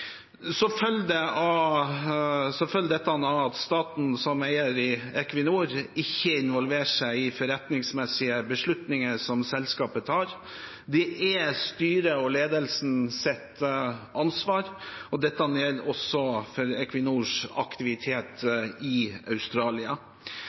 Av dette følger at staten som eier i Equinor ikke involverer seg i forretningsmessige beslutninger som selskapet tar. Det er styret og ledelsens ansvar, og dette gjelder også for Equinors aktivitet